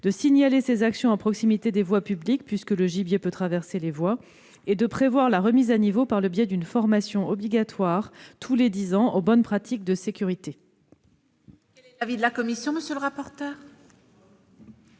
de signaler ses actions à proximité des voies publiques, puisque le gibier peut traverser les voies, et de prévoir la remise à niveau par le biais d'une formation obligatoire tous les dix ans aux bonnes pratiques de sécurité.